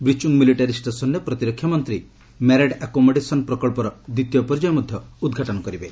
ବ୍ରିଚୁଙ୍ଗ military ଷ୍ଟେସନରେ ପ୍ରତିରକ୍ଷା ମନ୍ତ୍ରୀ ମ୍ୟାରେଡ ଆକୋମେଡେସନ ପ୍ରକଳ୍ପର ଦ୍ୱିତୀୟ ପର୍ଯ୍ୟାୟ ଉଦ୍ଘାଟନ କରିବେ